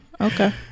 Okay